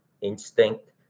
instinct